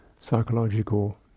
psychological